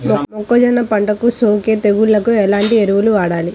మొక్కజొన్న పంటలకు సోకే తెగుళ్లకు ఎలాంటి ఎరువులు వాడాలి?